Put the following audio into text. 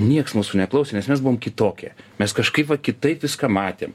nieks mūsų neklausė nes mes buvom kitokie mes kažkaip va kitaip viską matėm